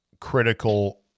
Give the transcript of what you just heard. critical